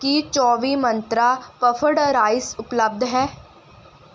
ਕੀ ਚੌਵੀ ਮੰਤਰਾਂ puffed rice ਉਪਲਬਧ ਹੈ